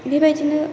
बेबायदिनो